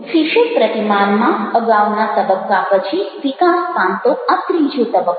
Fisher પ્રતિમાનમાં અગાઉના તબક્કા પછી વિકાસ પામતો આ ત્રીજો તબક્કો છે